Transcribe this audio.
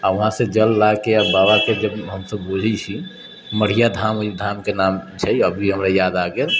आ वहाँसँ जल लाकऽ आओर बाबाके घुरै छी मढ़िया धाम ओहि धामके नाम छियै अभी हमरा याद आ गेल